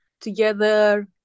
together